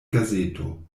gazeto